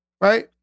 Right